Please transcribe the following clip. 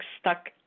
stuck